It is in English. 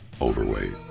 overweight